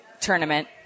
tournament